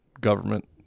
government